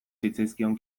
zitzaizkion